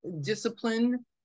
discipline